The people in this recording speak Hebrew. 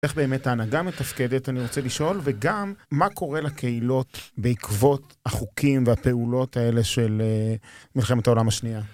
איך באמת ההנהגה מתפקדת, אני רוצה לשאול, וגם, מה קורה לקהילות בעקבות החוקים והפעולות האלה של מלחמת העולם השנייה?